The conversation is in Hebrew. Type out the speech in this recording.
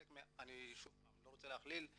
ואני לא רוצה להכליל,